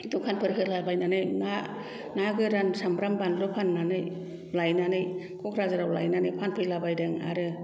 दखानफोर होला बायनानै ना ना गोरान सामब्राम बानलु फाननानै लायनानै क'क्राझारआव लायनानै फानफैलाबायदों आरो